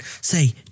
say